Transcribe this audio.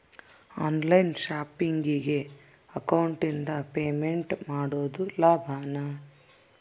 On line ಶಾಪಿಂಗಿಗೆ ಅಕೌಂಟಿಂದ payment ಮಾಡೋದು ಲಾಭಾನ?